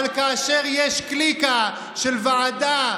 אבל כאשר יש קליקה של ועדה,